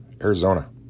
Arizona